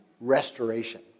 restoration